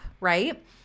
right